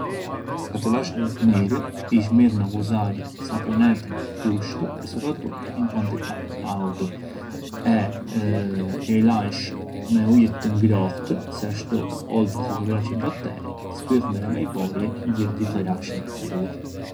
Sa të lash duart mirë ish mirë na ghuzarje sapunetin gjusthu, soprattuttu in quantità autu e ka i lash me ujët të ngrohtë se ashtu, oltre të vraç i batteri, zbyll midhema i pori e nxier gjith ghrashën ka duart.